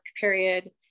period